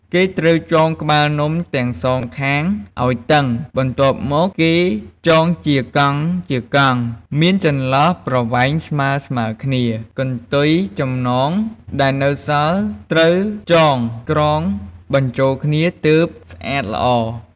គេត្រូវចងក្បាលនំទាំងសងខាងឱ្យតឹង បន្ទាប់មកគេចងជាកង់ៗ មានចន្លោះប្រវែងស្មើៗគ្នា កន្ទុយចំណងដែលនៅសល់ត្រូវចងក្រងបញ្ចូលគ្នាទើបស្អាតល្អ។